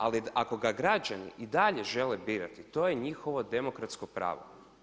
Ali ako ga građani i dalje žele birati to je njihovo demokratsko pravo.